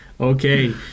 okay